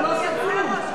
אתה לא עושה כלום.